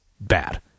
bad